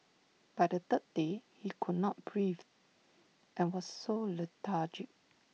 by the third day he could not breathe and was so lethargic